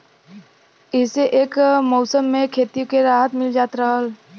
इह्से एक मउसम मे खेतो के राहत मिल जात रहल